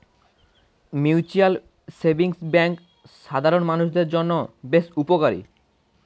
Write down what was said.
mutual savings bank সাধারণ মানুষদের জন্য বেশ উপকারী